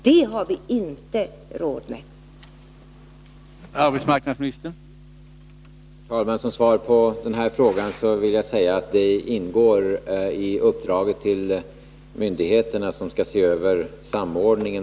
Vi har inte råd med en sådan diskriminering.